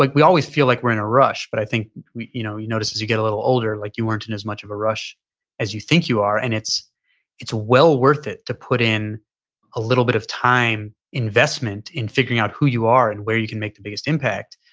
like we always feel like we're in a rush, but i think you know you notice as you get a little older, like you weren't in as much of a rush as you think you are. and it's it's well worth it to put in a little bit of time investment in figuring out who you are and where you can make the biggest impact.